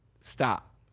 Stop